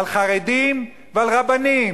על חרדים ועל רבנים.